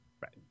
Right